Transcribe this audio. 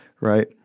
right